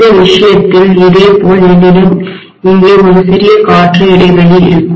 இந்த விஷயத்தில் இதேபோல் என்னிடம் இங்கே ஒரு சிறிய காற்று இடைவெளி இருக்கும்